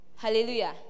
Hallelujah